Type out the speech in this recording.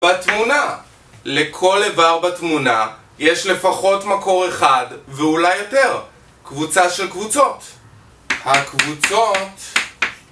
בתמונה. לכל איבר בתמונה יש לפחות מקור אחד, ואולי יותר. קבוצה של קבוצות. הקבוצות...